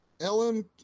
ellen